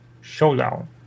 Showdown